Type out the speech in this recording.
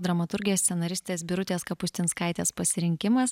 dramaturgės scenaristės birutės kapustinskaitės pasirinkimas